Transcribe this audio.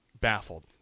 baffled